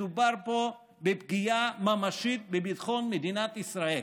מדובר פה בפגיעה ממשית בביטחון מדינת ישראל.